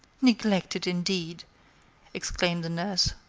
neglected, indeed exclaimed the nurse.